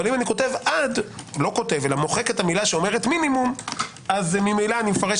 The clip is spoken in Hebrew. אבל אם אני מוחק את המילה שאומרת מינימום אז ממילא אני מפרש